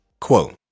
Quote